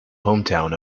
hometown